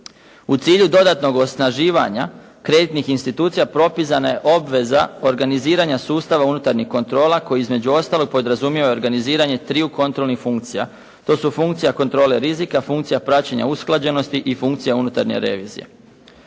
U cilju dodatnog osnaživanja kreditnih institucija propisana je obveza organiziranja sustava unutarnjih kontrola koje, između ostalog podrazumijeva i organiziranje triju kontrolnih funkcija. To su funkcija kontrole rizika, funkcija praćenja usklađenosti i funkcija unutarnje revizije.